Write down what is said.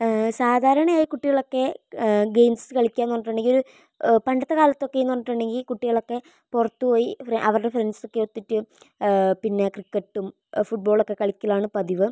സാധാരണയായി കുട്ടികളൊക്കെ ഗെയിംസ് കളിക്കാന്നു പറഞ്ഞിട്ടുണ്ടെങ്കി പണ്ടത്തെ കാലത്തൊക്കെന്നു പറഞ്ഞിട്ടുണ്ടെങ്കിൽ കുട്ടികളൊക്കെ പുറത്തുപോയി അവരുടെ ഫ്രൻഡ്സൊക്കെ ഒത്തിട്ട് ക്രിക്കറ്റും ഫുട്ബോളും കളിക്കലാണ് പതിവ്